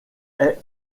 est